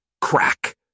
crack